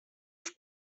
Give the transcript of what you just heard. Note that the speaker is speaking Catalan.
els